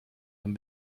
dan